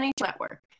network